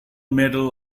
medal